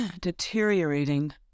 deteriorating